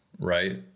right